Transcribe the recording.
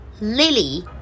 Lily